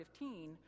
2015